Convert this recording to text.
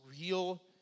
real